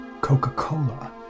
Coca-Cola